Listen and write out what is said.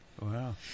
wow